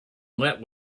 let